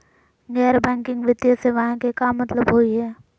गैर बैंकिंग वित्तीय सेवाएं के का मतलब होई हे?